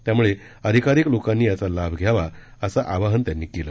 त्यामुळे अधिकाधिक लोकांनी याचा लाभ घ्यावा असे आवाहन त्यांनी केले